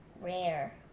rare